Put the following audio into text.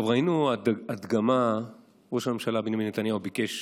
ראינו הדגמה, ראש הממשלה בנימין נתניהו ביקש